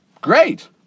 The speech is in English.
great